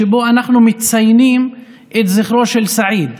שבו אנחנו מציינים את זכרו של סעיד,